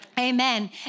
Amen